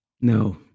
no